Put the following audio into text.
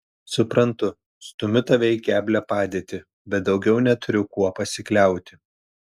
suprantu stumiu tave į keblią padėtį bet daugiau neturiu kuo pasikliauti